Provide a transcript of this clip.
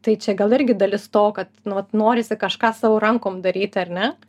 tai čia gal irgi dalis to kad nu vat norisi kažką savo rankom daryti ar ne